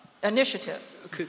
Initiatives